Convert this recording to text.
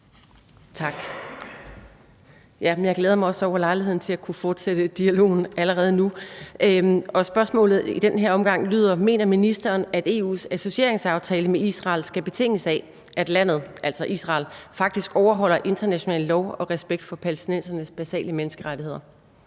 Tak. Ja, jeg glæder mig også over lejligheden til at kunne fortsætte dialogen allerede nu. Og spørgsmålet i den her omgang lyder: Mener ministeren, at EU’s associeringsaftale med Israel skal betinges af, at landet, altså Israel, faktisk overholder international lov og respekt for palæstinensernes basale menneskerettigheder?